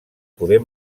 poder